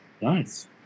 Nice